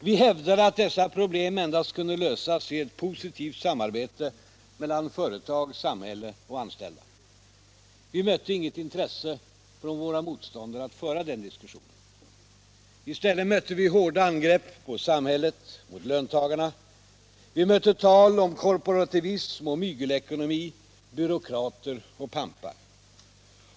Vi hävdade att dessa problem endast kunde lösas i ett positivt samarbete mellan företag, anställda och samhälle. Vi mötte inget intresse från de borgerliga att föra den diskussionen. I stället mötte vi hårda angrepp mot samhället, mot löntagarna. Vi mötte tal om korporativism och mygelekonomi, byråkrater och pampar.